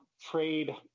trade